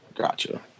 Gotcha